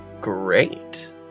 Great